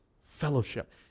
fellowship